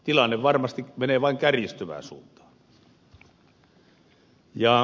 tilanne varmasti menee vain kärjistyvään suuntaan